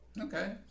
okay